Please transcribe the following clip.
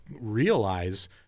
realize